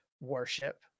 worship